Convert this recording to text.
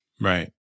Right